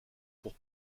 pour